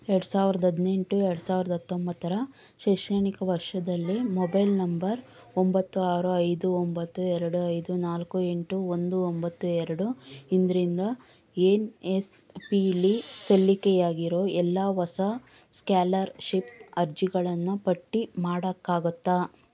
ಎರ್ಡು ಸಾವಿರ್ದ ಹದ್ನೆಂಟು ಎರಡು ಸಾವಿರ್ದ ಹತ್ತೊಂಬತ್ತರ ಶೈಕ್ಷಣಿಕ ವರ್ಷದಲ್ಲಿ ಮೊಬೈಲ್ ನಂಬರ್ ಒಂಬತ್ತು ಆರು ಐದು ಒಂಬತ್ತು ಎರಡು ಐದು ನಾಲ್ಕು ಎಂಟು ಒಂದು ಒಂಬತ್ತು ಎರಡು ಇದ್ರಿಂದ ಎನ್ ಎಸ್ ಪಿಲಿ ಸಲ್ಲಿಕೆಯಾಗಿರೊ ಎಲ್ಲ ಹೊಸ ಸ್ಕ್ಯಾಲರ್ಷಿಪ್ ಅರ್ಜಿಗಳನ್ನು ಪಟ್ಟಿ ಮಾಡೋಕ್ಕಾಗುತ್ತಾ